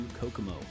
Kokomo